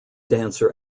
dancer